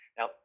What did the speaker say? Now